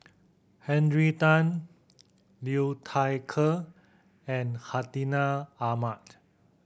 Henry Tan Liu Thai Ker and Hartinah Ahmad